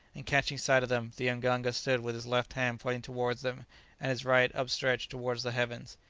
and catching sight of them, the mganga stood with his left hand pointing towards them and his right upstretched towards the heavens.